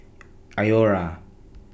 Iora